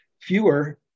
Fewer